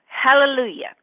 Hallelujah